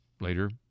later